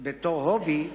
בתור הובי,